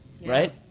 Right